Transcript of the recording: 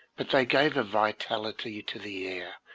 but they gave a vitality to the air,